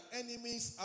enemies